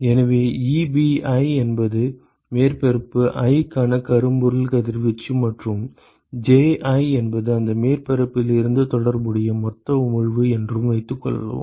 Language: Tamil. எனவே Ebi என்பது மேற்பரப்பு i க்கான கரும்பொருள் கதிர்வீச்சு மற்றும் Ji என்பது அந்த மேற்பரப்பில் இருந்து தொடர்புடைய மொத்த உமிழ்வு என்று வைத்துக்கொள்வோம்